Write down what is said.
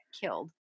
killed